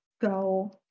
go